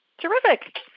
Terrific